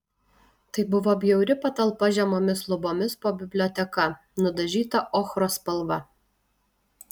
tai buvo bjauri patalpa žemomis lubomis po biblioteka nudažyta ochros spalva